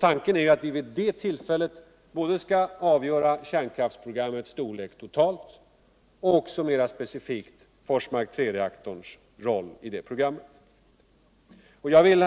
Tanken är att vi vid det tillfället både skall avgöra kärnkraftprogrammets totala storlek och, mer specifikt, Forsmark 3 reaktorns roll i det programmet. Jag vill.